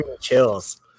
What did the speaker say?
chills